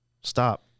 Stop